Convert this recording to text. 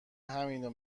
همینو